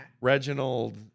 Reginald